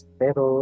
pero